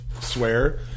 swear